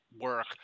work